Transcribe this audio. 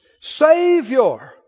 Savior